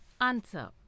Answer